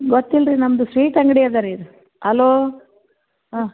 ಗೊತ್ತಿಲ್ಲ ರೀ ನಮ್ಮದು ಸ್ವೀಟ್ ಅಂಗಡಿ ಅದಾ ರೀ ಅಲೋ ಹಾಂ